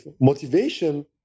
motivation